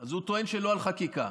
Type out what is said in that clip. אז הוא טוען שלא על חקיקה.